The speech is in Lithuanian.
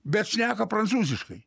bet šneka prancūziškai